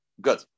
Good